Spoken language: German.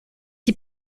die